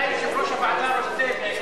אולי יושב-ראש הוועדה רוצה,